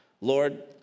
Lord